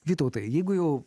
vytautai jeigu jau